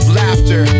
laughter